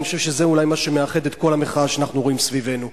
ואני חושב שזה אולי מה שמאחד את כל המחאה שאנחנו רואים סביבנו.